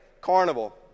carnival